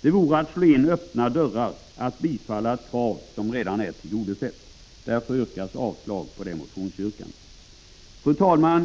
Det vore att slå in öppna dörrar att bifalla ett krav som redan är tillgodosett. Därför hemställs om avslag på detta motionsyrkande. Fru talman!